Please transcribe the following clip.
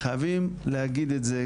חייבים להגיד את זה,